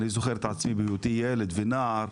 אני זוכר את עצמי בהיותי ילד ונער,